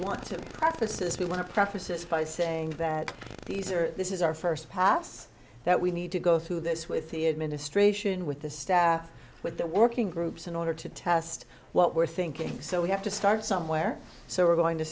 want to preface this we want to preface this by saying that these are this is our first pass that we need to go through this with the administration with the staff with the working groups in order to test what we're thinking so we have to start somewhere so we're going to